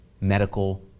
medical